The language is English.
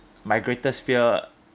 my greatest fear